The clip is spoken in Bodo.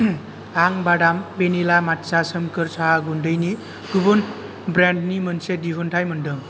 आं बादाम वेनिला मात्सा सोमखोर साहा गुन्दैनि गुबुन ब्रेन्ड नि मोनसे दिहुनथाइ मोनदों